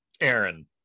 Aaron